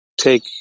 take